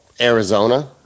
Arizona